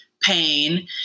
pain